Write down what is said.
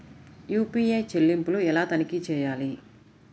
UPI చెల్లింపులు ఎలా తనిఖీ చేయాలి?